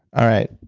all right,